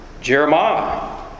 Jeremiah